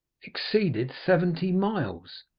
exceeded seventy miles.